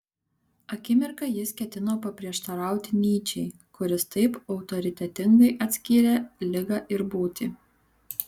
akimirką jis ketino paprieštarauti nyčei kuris taip autoritetingai atskyrė ligą ir būtį